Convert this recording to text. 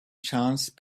chance